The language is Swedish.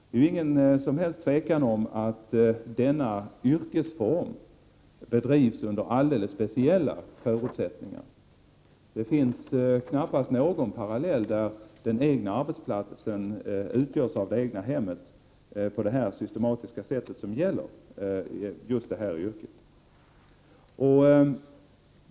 Det är inget som helst tvivel om att denna yrkesform bedrivs under alldeles speciella förutsättningar. Det finns knappast någon parallell, där arbetsplatsen utgörs av det egna hemmet på det systematiska sätt som gäller just detta yrke.